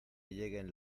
lleguen